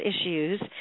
issues